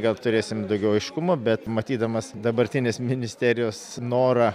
gal turėsim daugiau aiškumo bet matydamas dabartinės ministerijos norą